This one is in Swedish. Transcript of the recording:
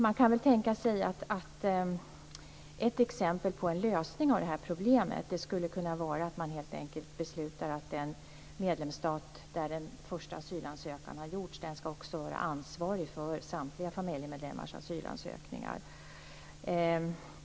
Man kan väl tänka sig att ett exempel på en lösning av det här problemet skulle kunna vara att man helt enkelt beslutar att den medlemsstat där den första asylansökan har gjorts också ska vara ansvarig för samtliga familjemedlemmars asylansökningar.